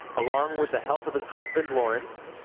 along with the help of his husband, lawrence.